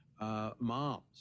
moms